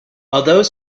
although